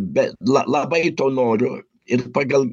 bet la labai to noriu ir pagal